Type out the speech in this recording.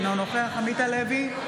אינו נוכח עמית הלוי,